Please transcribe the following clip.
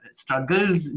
struggles